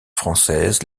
française